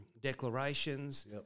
declarations